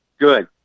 Good